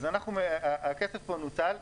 הכסף פה נוצל.